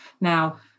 Now